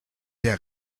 der